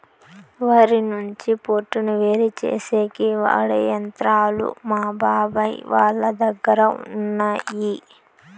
వరి నుంచి పొట్టును వేరుచేసేకి వాడె యంత్రాలు మా బాబాయ్ వాళ్ళ దగ్గర ఉన్నయ్యి